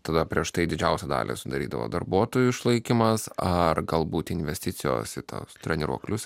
tada prieš tai didžiausią dalį sudarydavo darbuotojų išlaikymas ar galbūt investicijos į tuos treniruoklius